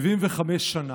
75 שנה,